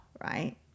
right